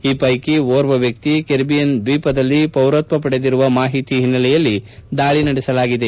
ಈ ಷೈಕಿ ಓರ್ವ ವ್ವಕ್ತಿ ಕೆರೆಬಿಯನ್ ದ್ವೀಪದಲ್ಲಿ ಪೌರತ್ವ ಪಡೆದಿರುವ ಮಾಹಿತಿ ಹಿನ್ನೆಲೆಯಲ್ಲಿ ದಾಳಿ ನಡೆಸಲಾಗಿದೆ